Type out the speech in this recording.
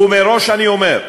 ומראש אני אומר,